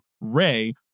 Ray